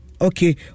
okay